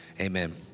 Amen